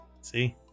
See